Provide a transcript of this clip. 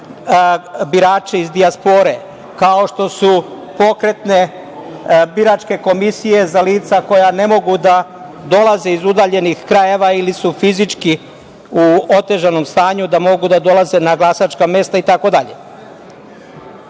za birače iz dijaspore, kao što su pokretne biračke komisije za lica koja ne mogu da dolaze iz udaljenih krajeva ili su fizički u otežanom stanju da mogu da dolaze na glasačka mesta, itd. Mi